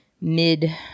mid